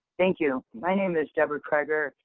thank you. my name is deborah kreger.